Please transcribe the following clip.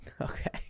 Okay